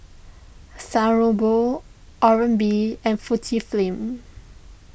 San Remo Oral B and Fujifilm